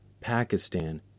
Pakistan